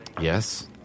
Yes